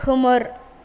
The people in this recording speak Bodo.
खोमोर